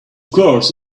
course